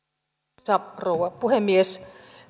arvoisa rouva puhemies